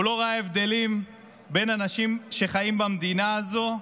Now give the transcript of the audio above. הוא לא ראה הבדלים בין אנשים שחיים במדינה הזאת,